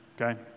Okay